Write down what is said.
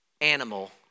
animal